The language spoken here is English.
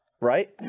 Right